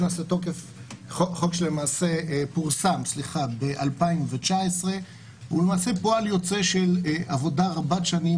חוק שלמעשה פורסם ב-2019 והוא למעשה פועל יוצא של עבודה רבת שנים,